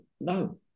no